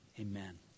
Amen